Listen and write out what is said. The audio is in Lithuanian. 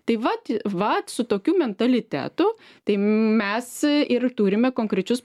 tai vat ir vat su tokiu mentalitetu tai mes ir turime konkrečius